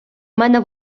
мене